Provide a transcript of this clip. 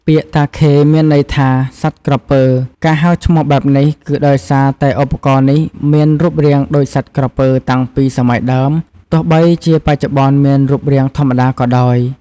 ពាក្យ «តាខេ» មានន័យថា «សត្វក្រពើ»។ ការហៅឈ្មោះបែបនេះ គឺដោយសារតែឧបករណ៍នេះមានរូបរាងដូចសត្វក្រពើតាំងពីសម័យដើម ទោះបីជាបច្ចុប្បន្នមានរូបរាងធម្មតាក៏ដោយ។